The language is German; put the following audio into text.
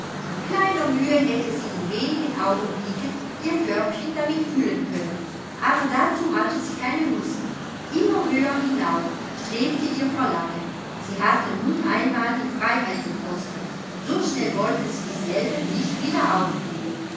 mit kleiner mühe hätte sie in wenigen augenblicken ihr körbchen damit füllen können aber dazu hatte sie keine lust immer höher hinauf strebte ihr verlangen sie hatte nun einmal die freiheit gekostet so schnell wollte sie dieselbe nicht wieder aufgeben